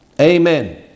Amen